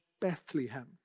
Bethlehem